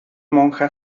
monja